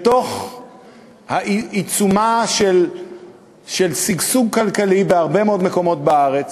אנחנו בעיצומו של שגשוג כלכלי בהרבה מאוד מקומות בארץ,